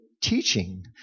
teaching